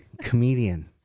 comedian